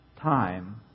time